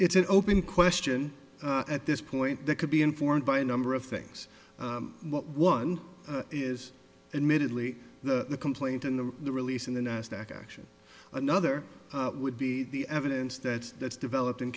an open question at this point that could be informed by a number of things one is emitted leak the complaint in the the release in the nasdaq action another would be the evidence that that's developed in